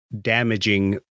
damaging